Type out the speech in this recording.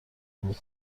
بود